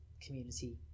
community